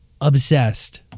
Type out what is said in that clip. Obsessed